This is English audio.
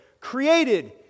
created